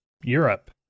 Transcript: Europe